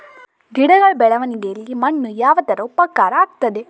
ಗಿಡಗಳ ಬೆಳವಣಿಗೆಯಲ್ಲಿ ಮಣ್ಣು ಯಾವ ತರ ಉಪಕಾರ ಆಗ್ತದೆ?